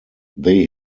they